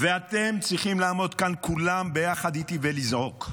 אתם צריכים לעמוד כאן כולם ביחד איתי ולזעוק,